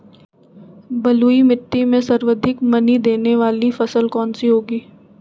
बलुई मिट्टी में सर्वाधिक मनी देने वाली फसल कौन सी होंगी?